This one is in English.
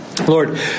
Lord